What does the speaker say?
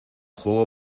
juego